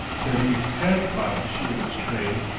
that he had caught the sheerness train,